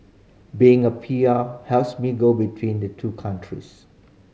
being a P R helps me go between the two countries